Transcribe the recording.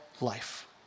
life